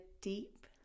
deep